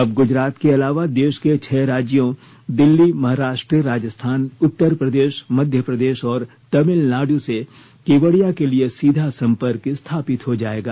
अब गुजरात के अलावा देश के छह राज्यों दिल्ली महाराष्ट्र राजस्थान उत्तर प्रदेश मध्य प्रदेश और तामिलनाडू से केवड़िया के लिए सीधा संपर्क स्थापित हो जायेगा